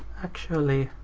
actually,